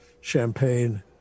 champagne